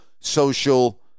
social